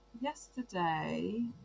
Yesterday